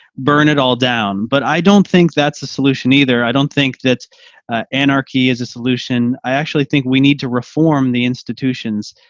burn it all down. but i don't think that's the solution either. i don't think that anarchie is a solution. i actually think we need to reform the institution's.